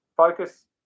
focus